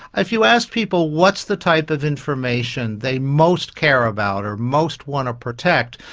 if you ask people what's the type of information they most care about or most want to protect,